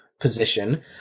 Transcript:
position